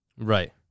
right